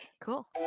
Cool